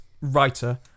writer